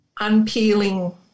unpeeling